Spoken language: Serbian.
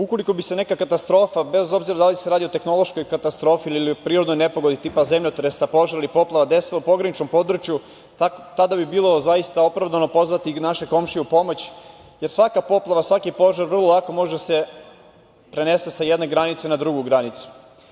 Ukoliko bi se neka katastrofa, bez obzira da li se radi o tehnološkoj katastrofi ili o prirodnoj nepogodi tipa zemljotresa, požara ili poplava desila u pograničnom području, tada bi bilo zaista opravdano pozvati i naše komšije u pomoć, jer svaka poplava, svaki požar vrlo lako može da se prenese sa jedne granice na drugu granicu.